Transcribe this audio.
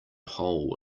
hole